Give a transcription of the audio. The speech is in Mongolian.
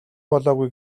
болоогүй